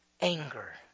anger